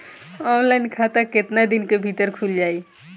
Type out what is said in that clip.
Online खाता केतना दिन के भीतर ख़ुल जाई?